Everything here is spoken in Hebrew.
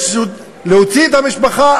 להוציא את המשפחה,